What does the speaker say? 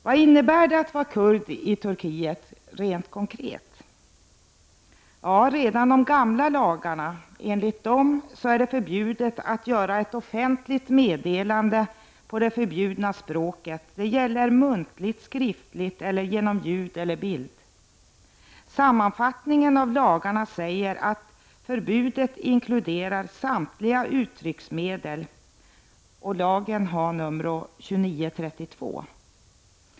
Vad innebär det konkret att vara kurd i Turkiet? Redan enligt de gamla lagarna var det förbjudet att göra ett offentligt meddelande på det förbjudna språket. Det gäller muntligt, skriftligt eller genom ljud eller bild. Sammanfattningen av lagarna säger att förbudet inkluderar samtliga uttrycksmedel. Det är lag nr 2932.